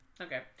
Okay